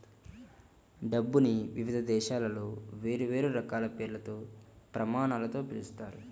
డబ్బుని వివిధ దేశాలలో వేర్వేరు రకాల పేర్లతో, ప్రమాణాలతో పిలుస్తారు